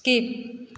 skip